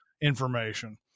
information